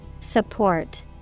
Support